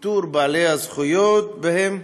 איתור בעלי הזכויות בהם,